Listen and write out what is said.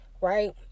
right